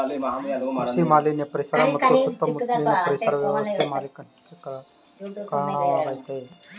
ಕೃಷಿ ಮಾಲಿನ್ಯ ಪರಿಸರ ಮತ್ತು ಸುತ್ತ ಮುತ್ಲಿನ ಪರಿಸರ ವ್ಯವಸ್ಥೆ ಮಾಲಿನ್ಯಕ್ಕೆ ಕಾರ್ಣವಾಗಾಯ್ತೆ